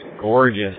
gorgeous